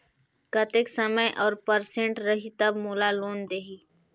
कतेक समय और परसेंट रही तब मोला लोन देही?